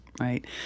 right